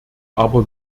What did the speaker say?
aber